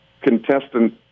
contestant